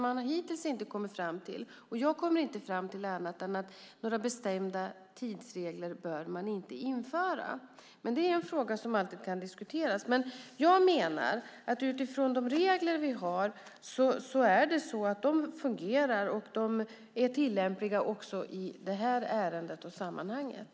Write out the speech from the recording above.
Man har hittills inte kommit fram till, och jag har inte kommit fram till annat, att några bestämda tidsregler inte bör införas, men det är en fråga som alltid kan diskuteras. Jag menar att de regler som vi har fungerar och är tillämpliga också i det här ärendet och sammanhanget.